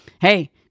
Hey